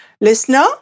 Listener